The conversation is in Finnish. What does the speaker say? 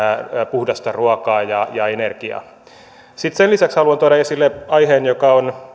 puhdasta ruokaa ja ja energiaa sitten sen lisäksi haluan tuoda esille aiheen joka on